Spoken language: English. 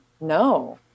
No